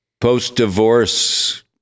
Post-divorce